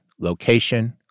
location